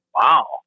Wow